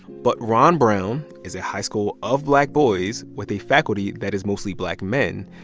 but ron brown is a high school of black boys with a faculty that is mostly black men.